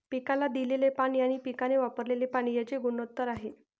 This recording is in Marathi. पिकाला दिलेले पाणी आणि पिकाने वापरलेले पाणी यांचे गुणोत्तर आहे